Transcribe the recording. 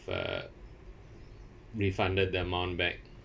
uh refunded the amount back